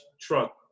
truck